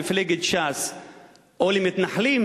למפלגת ש"ס או למתנחלים,